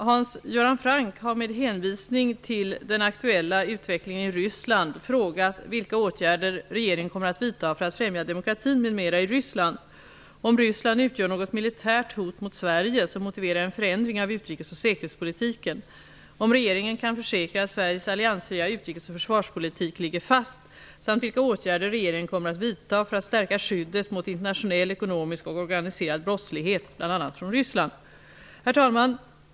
Hans Göran Franck har med hänvisning till den aktuella utvecklingen i Ryssland frågat vilka åtgärder regeringen kommer att vidta för att främja demokratin m.m. i Ryssland, om Ryssland utgör något militärt hot mot Sverige som motiverar en förändring av utrikes och säkerhetspolitiken, om regeringen kan försäkra att Sveriges alliansfria utrikes och försvarspolitik ligger fast samt vilka åtgärder regeringen kommer att vidta för att stärka skyddet mot internationell ekonomisk och organiserad brottslighet bl.a. från Herr talman!